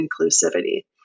inclusivity